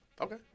Okay